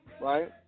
Right